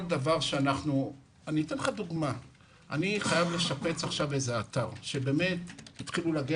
למשל אני צריך לשפץ עכשיו אתר שהתחילו להגיע